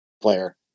player